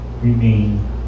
remain